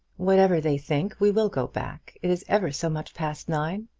whatever they think, we will go back. it is ever so much past nine.